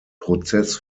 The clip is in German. prozess